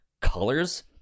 colors